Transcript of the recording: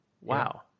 Wow